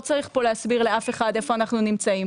צריך פה להסביר לאף אחד איפה אנחנו נמצאים.